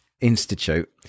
institute